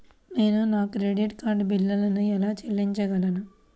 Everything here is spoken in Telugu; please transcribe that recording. నేను నా క్రెడిట్ కార్డ్ బిల్లును ఎలా చెల్లించగలను?